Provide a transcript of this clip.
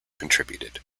contributed